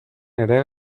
ere